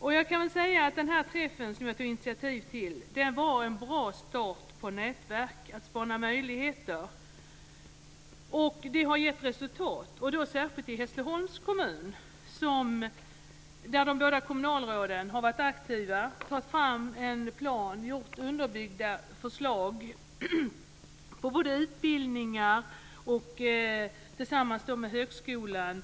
Jag kan säga att träffen som jag tog initiativ till var en bra start på ett nätverk för att spåna möjligheter. Det har gett resultat, särskilt i Hässleholms kommun där de båda kommunalråden har varit aktiva. Man har tagit fram en plan och underbyggda förslag på utbildningar tillsammans med både högskolan